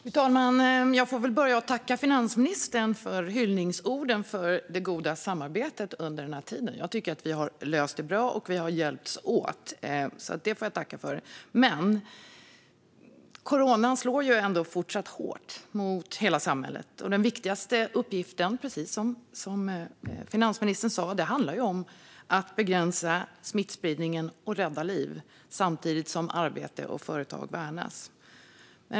Fru talman! Jag får börja med att tacka finansministern för hyllningsorden i fråga om det goda samarbetet under den här tiden. Jag tycker att vi har löst det bra, och vi har hjälpts åt. Det tackar jag för. Coronaviruset fortsätter dock att slå hårt mot hela samhället. Den viktigaste uppgiften handlar, precis som finansministern sa, om att begränsa smittspridningen och att rädda liv samtidigt som arbete och företag värnas.